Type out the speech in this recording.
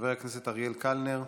חבר הכנסת אריאל קלנר,